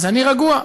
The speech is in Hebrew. אז אני רגוע.